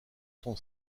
son